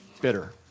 bitter